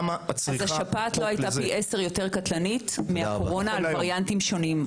השפעת לא הייתה פי 10 יותר קטלנית מהקורונה על הווריאנטים השונים.